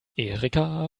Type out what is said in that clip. erika